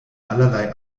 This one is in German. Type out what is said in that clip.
allerlei